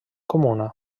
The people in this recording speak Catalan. comuna